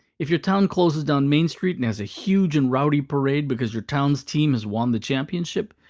if your town closes down main street and has a huge and rowdy parade because your town's team has won the championship,